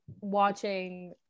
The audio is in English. watching